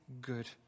good